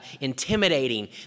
intimidating